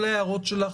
כל ההערות שלך